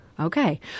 Okay